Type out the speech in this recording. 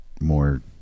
more